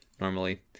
normally